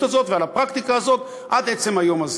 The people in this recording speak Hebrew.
הזאת ועל הפרקטיקה הזאת עד עצם היום הזה.